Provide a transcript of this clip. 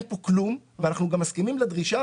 אין פה כלום ואנחנו גם מסכימים לדרישה